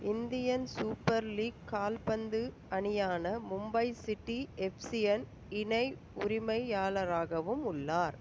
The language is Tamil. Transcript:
இந்தியன் சூப்பர் லீக் கால்பந்து அணியான மும்பை சிட்டி எஃப்சியின் இணை உரிமையாளராகவும் உள்ளார்